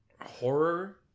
horror